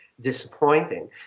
disappointing